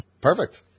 Perfect